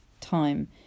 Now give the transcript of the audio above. time